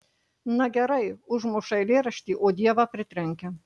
na gerai užmuša eilėraštį o dievą pritrenkia